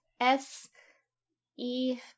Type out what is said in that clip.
S-E